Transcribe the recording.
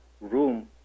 room